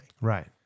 right